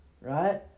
right